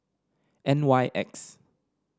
N Y X